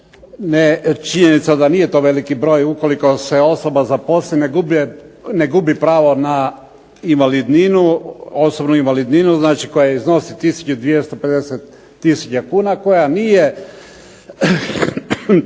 činjenica da nije to veliki broj, ukoliko se osoba zaposli ne gubi pravo na invalidninu, osobnu invalidninu koja iznosi tisuću 250 tisuća kuna koja nije